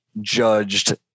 judged